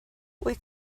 wyt